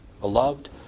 Beloved